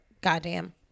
goddamn